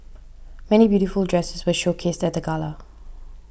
many beautiful dresses were showcased at the gala